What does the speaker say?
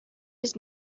his